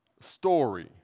story